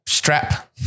Strap